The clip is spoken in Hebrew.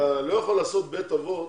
אתה לא יכול לעשות בית אבות